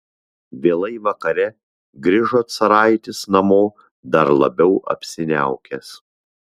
vėlai vakare grįžo caraitis namo dar labiau apsiniaukęs